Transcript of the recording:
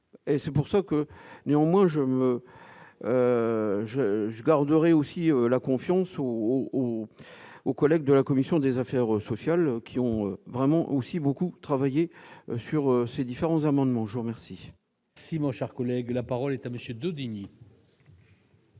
et c'est pour ça que, néanmoins je je je garderai aussi la confiance au ou aux collègues de la commission des affaires sociales qui ont vraiment aussi beaucoup travaillé sur ces différents amendements Jean merci. Si mon cher collègue, la parole est à monsieur Daudigny.